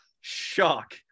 shock